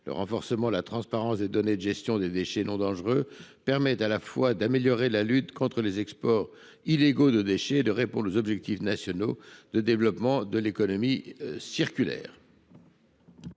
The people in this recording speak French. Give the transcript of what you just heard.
Le renforcement de la transparence des données de gestion des déchets non dangereux permet à la fois d'améliorer la lutte contre les exports illégaux de déchets et de répondre aux objectifs nationaux de développement de l'économie circulaire.